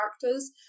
characters